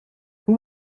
who